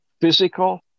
physical